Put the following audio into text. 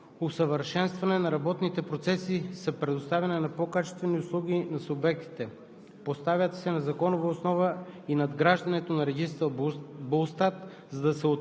и прозрачно обработване. Освен това друга основна цел на Законопроекта е усъвършенстване на работните процеси за предоставяне на по-качествени услуги на субектите.